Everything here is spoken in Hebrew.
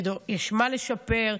יש מה לשפר,